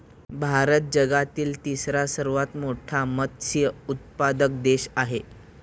भारत जगातील तिसरा सर्वात मोठा मत्स्य उत्पादक देश आहे